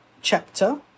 chapter